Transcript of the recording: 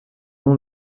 nom